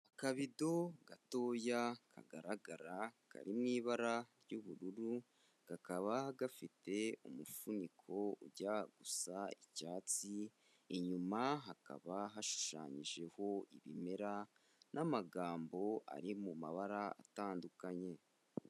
Akabido gatoya kagaragara kari mu ibara ry'ubururu, kakaba gafite umufuniko ujya gusa icyatsi, inyuma hakaba hashushanyijeho ibimera n'amagambo ari mabara atandukanye.